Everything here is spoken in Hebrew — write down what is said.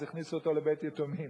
אז הכניסו אותו לבית-יתומים